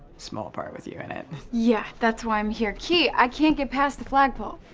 small part with you in it. yeah, that's why i'm here. ki, i can't get past the flag pole.